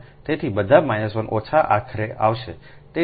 તેથી બધા 1 ઓછા આખરે આવશે